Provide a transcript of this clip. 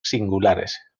singulares